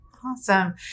Awesome